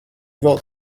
wrote